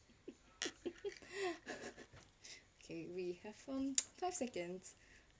okay we have only five seconds